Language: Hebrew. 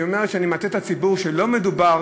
היא אומרת שאני מטעה את הציבור ושלא מדובר